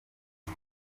ati